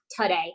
today